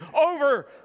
over